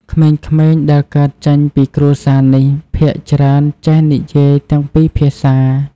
ក្មេងៗដែលកើតចេញពីគ្រួសារនេះ ភាគច្រើនចេះនិយាយទាំងពីរភាសា។